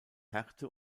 härte